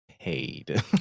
paid